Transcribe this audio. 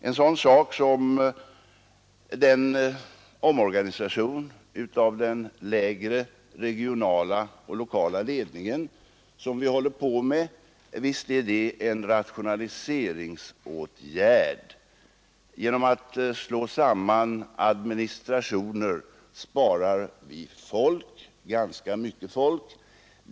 En sådan sak som den omorganisation av den lägre regionala och lokala ledningen som vi håller på med — visst är den en rationaliseringsåtgärd. Genom att slå samman administrationer sparar vi ganska mycket folk.